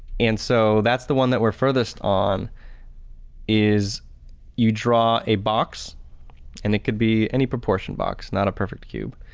and so that's the one that we're furthest on is you draw a box and it could be any proportion box, not a perfect cube.